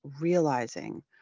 realizing